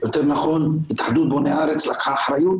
יותר נכון התאחדות בוני הארץ לקחה אחריות